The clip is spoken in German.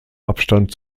abstand